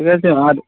ঠিক আছে আর